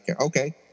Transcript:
Okay